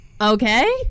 Okay